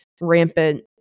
rampant